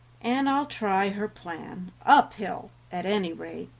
and i'll try her plan, uphill, at any rate